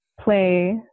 play